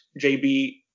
jb